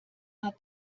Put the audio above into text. hat